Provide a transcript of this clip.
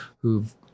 who've